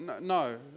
No